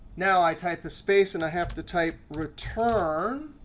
now i type a space, and i have to type return.